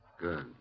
Good